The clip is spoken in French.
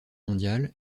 mondiale